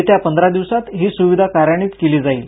येत्या पंधरा दिवसांत ही सुविधा कार्यान्वित केली जाईल